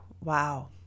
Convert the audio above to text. Wow